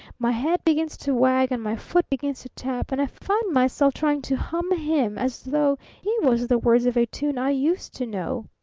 my head begins to wag and my foot begins to tap and i find myself trying to hum him as though he was the words of a tune i used to know.